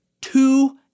two